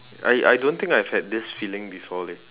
I I don't think I have had this feeling before leh